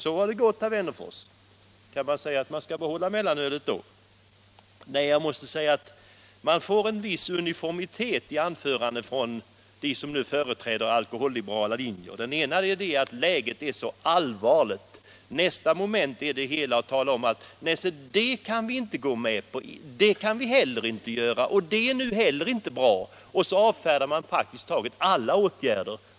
Så har det gått, herr Wennerfors. Kan man då säga att mellanölet skall behållas? Nej — men på den punkten präglas anförandena från dem som nu företräder den alkoholliberala linjen av en viss uniformitet. Till att börja med menar man att läget är mycket allvarligt. Som nästa moment ägnar man sig åt uttalanden av typen: Nej, det kan vi inte gå med på, det kan vi inte heller göra och det är nu heller inte bra. På det sättet avfärdar man praktiskt taget alla åtgärder.